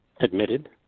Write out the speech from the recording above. admitted